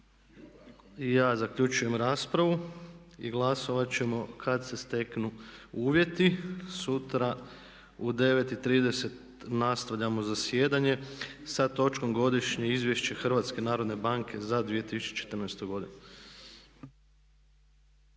ja zaključujem raspravu i glasovat ćemo kad se steknu uvjeti. Sutra u 9,30 nastavljamo zasjedanje sa točkom Godišnje izvješće Hrvatske narodne banke za 2014. godinu.